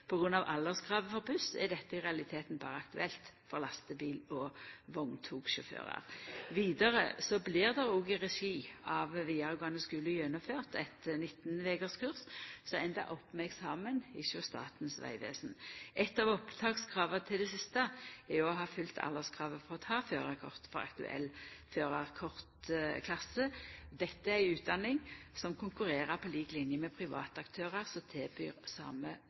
for buss er dette i realiteten berre aktuelt for lastebil- og vogntogsjåførar. Vidare blir det òg i regi av vidaregåande skule gjennomført eit 19 vekers kurs som endar opp med eksamen hjå Statens vegvesen. Eit av opptakskrava til det siste er å ha fylt alderskravet for å ta førarkort for aktuell førarkortklasse. Dette er ei utdanning som konkurrerer på lik linje med private aktørar som